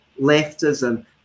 leftism